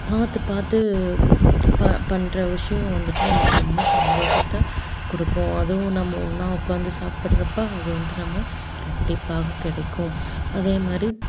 பார்த்து பார்த்து ப பண்ணுற விஷயம் வந்துட்டு நமக்கு ரொம்ப சந்தோஷத்தை கொடுக்கும் அதுவும் நம்ம ஒன்றா உட்கார்ந்து சாப்பிட்றப்ப அது வந்துட்டு நம்ம ரெட்டிப்பாக கிடைக்கும் அதேமாதிரி